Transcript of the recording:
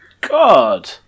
God